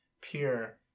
pure